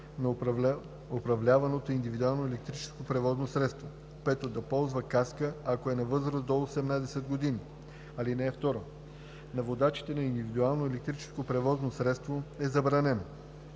на управляваното индивидуално електрическо превозно средство; 5. да ползва каска, ако е на възраст до осемнадесет години. (2) На водача на индивидуалното електрическо превозно средство е забранено: